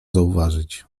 zauważyć